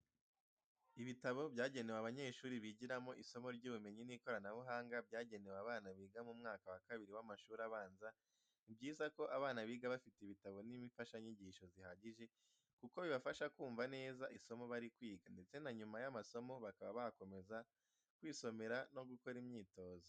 Ibitabo byanegewe abanyeshuri bigiramo isomo ry'ubumenyi n'ikoranabuhanga, byagenewe abana biga mu mwaka wa kabiri w'amashuri abanza ni byiza ko abana biga bafite ibitabo n'imfashanyigisho zihagije kuko bibafasha kumva neza isomo barimo kwiga, ndetse na nyuma y'amasomo bakaba bakomeza kwisomera no gukora imyitozo.